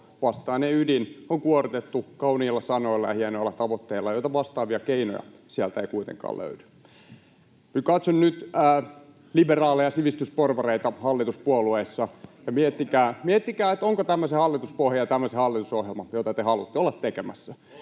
ydin on kuorrutettu kauniilla sanoilla ja hienoilla tavoitteilla, joita vastaavia keinoja sieltä ei kuitenkaan löydy. Katson nyt liberaaleja sivistysporvareita hallituspuolueissa: miettikää, onko tämä se hallituspohja ja tämä se hallitusohjelma, jota te haluatte olla tekemässä.